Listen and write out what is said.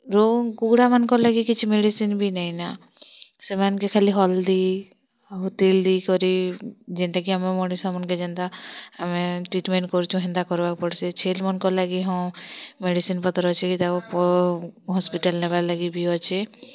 ରୋଗ କୁକୁଡ଼ା ମାନ୍ କେ ଲାଗି କିଛି ମେଡ଼ିସିନ୍ବି ନାଇଁ ସେମାନକେ ଖାଲି ହଲଦୀ ଆଉ ତେଲ ଦେଇ କରି ଯେନ୍ତା କି ଆମ୍ ମଣିଷ୍ ମାନ୍ କେ ଯେନ୍ତା ଆମେ ଟ୍ରିଟମେଣ୍ଟ୍ କରୁଛୁ ହେନ୍ତା କରିବାକୁ ପଡ଼ୁଛି ଛେଲ୍ ମାନକ୍ ଲାଗି ହଁ ମେଡ଼ିସିନ୍ ପତ୍ର ଅଛିକି ତାକୁ ହସ୍ପିଟାଲ୍ ନେବା ଲାଗିଭି ଅଛି